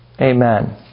amen